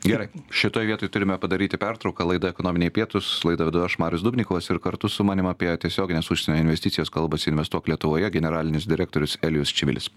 gerai šitoj vietoj turime padaryti pertrauką laida ekonominiai pietūs laidą vedu aš marius dubnikovas ir kartu su manim apie tiesiogines užsienio investicijas kalbasi investuok lietuvoje generalinis direktorius elijus čivilis